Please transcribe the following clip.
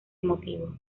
emotivo